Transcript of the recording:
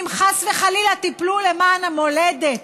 אם חס וחלילה תיפלו למען המולדת,